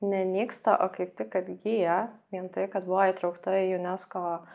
ne nyksta o kaip tik atgyja vien tai kad buvo įtraukta į unesco